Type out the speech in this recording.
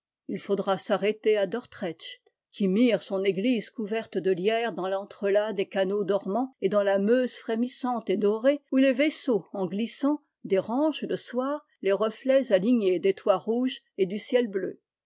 il faudra s'arrêter à dordrecht qui mire son église couverte de lierre dans l'entrelacs des canaux dormants et dans la meuse frémissante et dorée où les vaisseaux en glissant dérangent le soir les reflets alignés des toits rouges et du ciel bleu